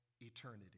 eternity